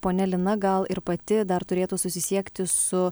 ponia lina gal ir pati dar turėtų susisiekti su